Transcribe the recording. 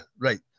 right